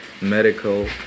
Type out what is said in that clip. medical